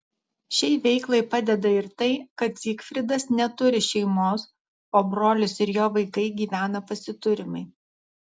šiai veiklai padeda ir tai kad zygfridas neturi šeimos o brolis ir jo vaikai gyvena pasiturimai